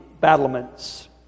battlements